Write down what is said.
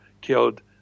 killed